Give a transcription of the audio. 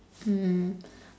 mm